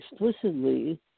explicitly